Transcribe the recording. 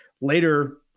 later